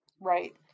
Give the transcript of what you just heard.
Right